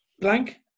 Blank